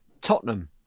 Tottenham